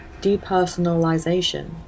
Depersonalization